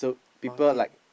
market